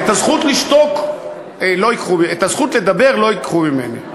את הזכות לדבר לא ייקחו ממני.